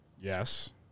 Yes